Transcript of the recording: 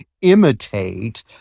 imitate